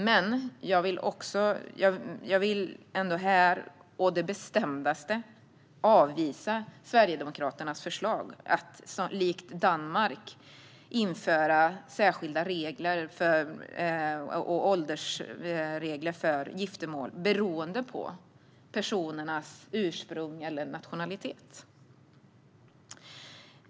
Men jag vill ändå här å det bestämdaste avvisa Sverigedemokraternas förslag om att likt Danmark införa särskilda åldersregler för giftermål beroende på personernas ursprung eller nationalitet.